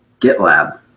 GitLab